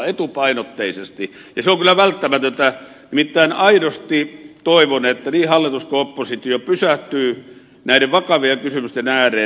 ja se on kyllä välttämätöntä nimittäin aidosti toivon että niin hallitus kuin oppositio pysähtyvät näiden vakavien kysymysten ääreen